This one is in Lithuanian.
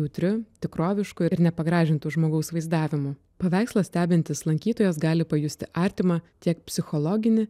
jautriu tikrovišku ir nepagražintu žmogaus vaizdavimu paveikslą stebintis lankytojas gali pajusti artimą tiek psichologinį